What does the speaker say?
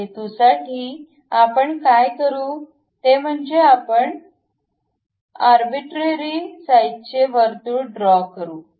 त्या हेतूसाठी आपण काय करू ते म्हणजे आपण आर्बिट्रेरी साइज़चे वर्तुळ ड्रॉ करू